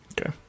okay